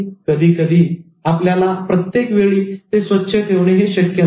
कधीकधी आपल्याला प्रत्येक वेळी ते स्वच्छ ठेवणे हे शक्य नसते